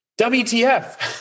WTF